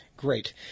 Great